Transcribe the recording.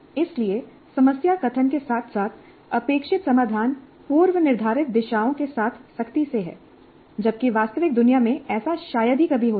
इसलिए समस्या कथन के साथ साथ अपेक्षित समाधान पूर्व निर्धारित दिशाओं के साथ सख्ती से है जबकि वास्तविक दुनिया में ऐसा शायद ही कभी होता है